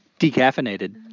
Decaffeinated